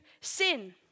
sin